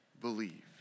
Believe